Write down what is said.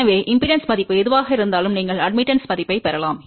எனவே மின்மறுப்பு மதிப்பு எதுவாக இருந்தாலும் நீங்கள் சேர்க்கை மதிப்பைப் பெறலாம்